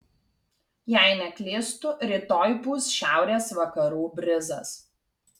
jei neklystu rytoj pūs šiaurės vakarų brizas